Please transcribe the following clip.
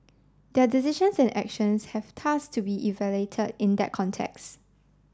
their decisions and actions have thus to be evaluated in that context